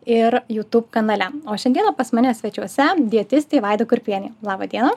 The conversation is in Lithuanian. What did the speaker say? ir youtube kanale o šiandieną pas mane svečiuose dietistė vaida kurpienė laba diena